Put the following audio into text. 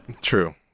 True